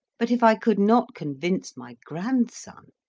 but if i could not convince my grandson,